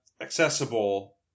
accessible